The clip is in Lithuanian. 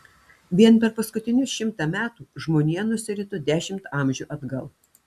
vien per paskutinius šimtą metų žmonija nusirito dešimt amžių atgal